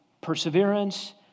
perseverance